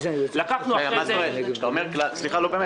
כשאתה אומר "כלל